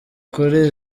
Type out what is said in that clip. kuri